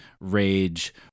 rage